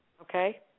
Okay